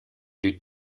lutte